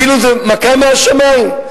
כאילו זה מכה מהשמים.